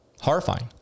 horrifying